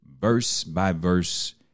verse-by-verse